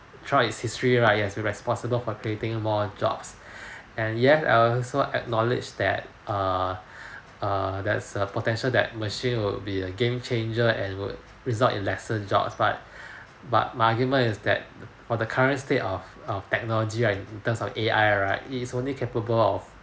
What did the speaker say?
throughout its history right yes we responsible for creating more jobs and yes I also acknowledge that err err there's a potential that machine will be game changer and result in lesser jobs but but my argument is that for the current state of of technology right in terms of A_I right it is only capable of